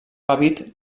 hàbit